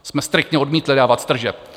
To jsme striktně odmítli dávat, z tržeb.